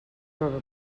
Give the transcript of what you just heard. coca